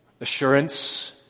assurance